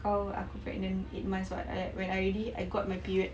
kau aku pregnant eight months [what] I when I already I got my period